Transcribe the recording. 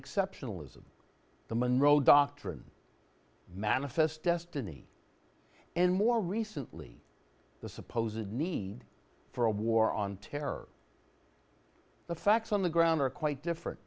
exceptionalism the monroe doctrine manifest destiny and more recently the supposedly need for a war on terror the facts on the ground are quite different